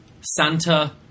Santa